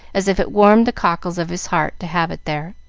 as if it warmed the cockles of his heart to have it there.